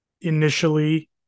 initially